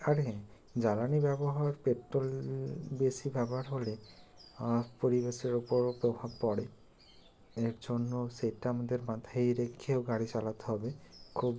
আর হ্যাঁ জ্বালানি ব্যবহার পেট্রল বেশি ব্যবহার হলে পরিবেশের উপরও প্রভাব পড়ে এর জন্য সেটা আমাদের মাথায় রেখেও গাড়ি চালাতে হবে খুব